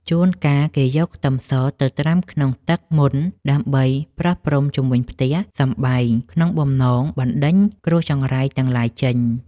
ជួនកាលគេយកខ្ទឹមសទៅត្រាំក្នុងទឹកមន្តដើម្បីប្រោះព្រំជុំវិញផ្ទះសម្បែងក្នុងបំណងបណ្តេញគ្រោះចង្រៃទាំងឡាយចេញ។